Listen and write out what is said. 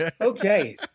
Okay